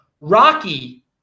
Rocky